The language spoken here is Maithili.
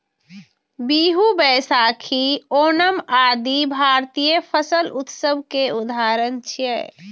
बीहू, बैशाखी, ओणम आदि भारतीय फसल उत्सव के उदाहरण छियै